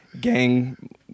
gang